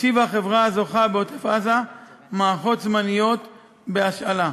הציבה החברה הזוכה בעוטף-עזה מערכות זמניות בהשאלה.